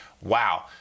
Wow